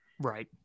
Right